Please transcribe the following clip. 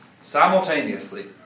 Simultaneously